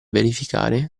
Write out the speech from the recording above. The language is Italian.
verificare